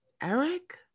Eric